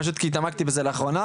פשוט כי התעמקתי בזה לאחרונה,